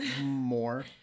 more